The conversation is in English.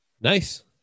Nice